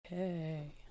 Okay